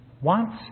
wants